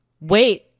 wait